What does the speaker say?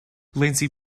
lindsey